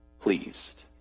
pleased